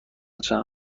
چند